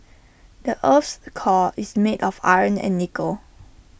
the Earth's core is made of iron and nickel